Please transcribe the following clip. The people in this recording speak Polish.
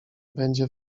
będzie